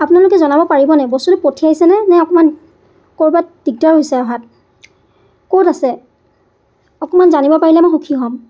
আপোনালোকে জনাব পাৰিবনে বস্তুটো পঠিয়াইছেনে নে অকণমান ক'ৰবাত দিগদাৰ হৈছে অহাত ক'ত আছে অকণমান জানিব পাৰিলে মই সুখী হ'ম